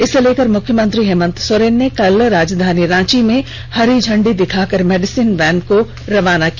इसे लेकर मुख्यमंत्री हेमंत सोरेन ने कल राजधानी रांची में हरी झंडी दिखाकर मेडिसिन वैन को रवाना किया